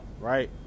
right